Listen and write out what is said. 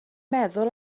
meddwl